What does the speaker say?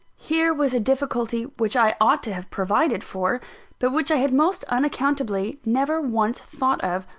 here was a difficulty which i ought to have provided for but which i had most unaccountably never once thought of,